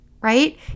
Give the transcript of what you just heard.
right